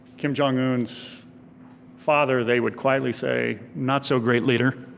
kim jong-un's father, they would quietly say, not so great leader,